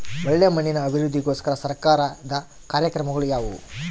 ಒಳ್ಳೆ ಮಣ್ಣಿನ ಅಭಿವೃದ್ಧಿಗೋಸ್ಕರ ಸರ್ಕಾರದ ಕಾರ್ಯಕ್ರಮಗಳು ಯಾವುವು?